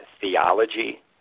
theology